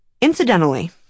Incidentally